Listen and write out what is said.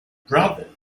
brothers